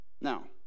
Now